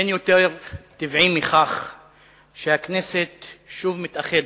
אין יותר טבעי מכך שהכנסת שוב מתאחדת,